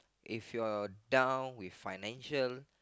if you're down with financial